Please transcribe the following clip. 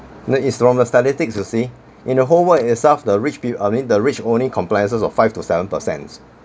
it is from the statistics you see in the whole world itself the rich peo~ I mean the rich only comprises of five to seven percents